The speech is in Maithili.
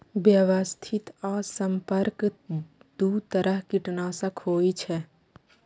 व्यवस्थित आ संपर्क दू तरह कीटनाशक होइ छै